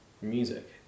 music